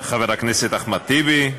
חבר הכנסת אחמד טיבי,